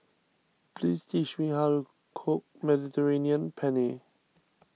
please teach me how to cook Mediterranean Penne